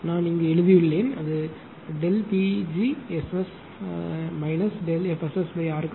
நான் இங்கு எழுதியுள்ளேன் PgSS சமமாக FSSR